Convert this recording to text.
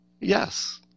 Yes